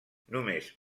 només